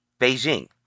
Beijing